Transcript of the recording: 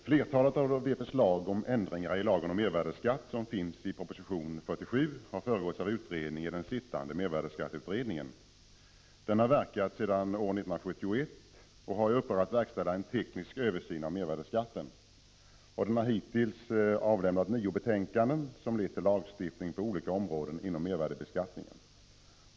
Herr talman! Flertalet av de förslag om ändringar i lagen om mervärde: skatt som finns i proposition 47 har föregåtts av utredning i den sittande mervärdeskatteutredningen. Den har verkat sedan år 1971 och har i uppdrag att verkställa en teknisk översyn av mervärdeskatten. Den har hittills avlämnat nio betänkanden, som lett till lagstiftning på olika områden inom mervärdebeskattningen.